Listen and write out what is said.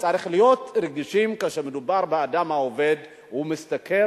צריך להיות רגישים כאשר מדובר באדם שעובד ומשתכר,